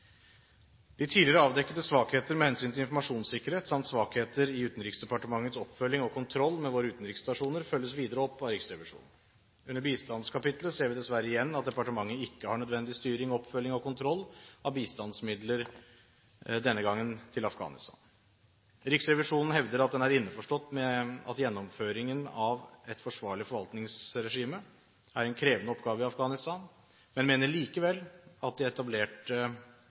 De tidligere avdekkede svakheter med hensyn til informasjonssikkerhet samt svakheter i Utenriksdepartementets oppfølging og kontroll med våre utenriksstasjoner følges videre opp av Riksrevisjonen. Under bistandskapitlet ser vi dessverre igjen at departementet ikke har nødvendig styring, oppfølging og kontroll av bistandsmidler – denne gangen til Afghanistan. Riksrevisjonen hevder at den er innforstått med at gjennomføringen av et forsvarlig forvaltningsregime er en krevende oppgave i Afghanistan, men mener likevel at de etablerte oppfølgingsmekanismer ikke er